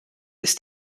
ist